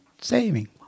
saving